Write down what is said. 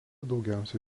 daugiausia